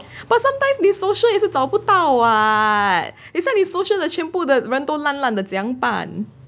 but sometimes 你 social 也是找不到 [what] 等一下你 social 的全都的人烂烂的怎样